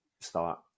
start